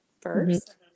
first